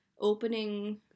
opening